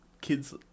kids